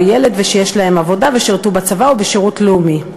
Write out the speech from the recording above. ילד ויש להם עבודה ושירתו בצבא או בשירות לאומי.